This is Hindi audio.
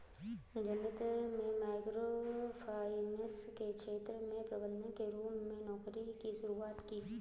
जतिन में माइक्रो फाइनेंस के क्षेत्र में प्रबंधक के रूप में नौकरी की शुरुआत की